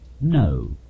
no